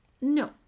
No